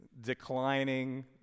declining